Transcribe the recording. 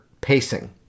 pacing